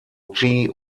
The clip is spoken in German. chi